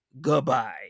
Goodbye